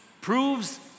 proves